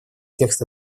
текст